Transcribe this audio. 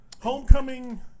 homecoming